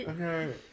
Okay